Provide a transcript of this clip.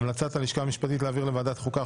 המלצת הלשכה המשפטית להעביר לוועדת החוקה,